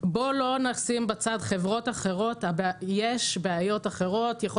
בוא לא נשים בצד חברות אחרות יש בעיות אחרות יכול